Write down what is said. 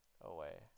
away